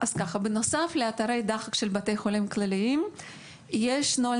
בנוסף לאתרי דחק של בתי חולים כלליים יש נוהל